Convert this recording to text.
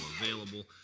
available